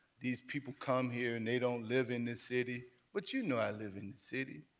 these people come here and they don't live in the city. but you know i live in the city.